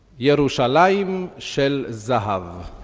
yerushalayim shel zahav, and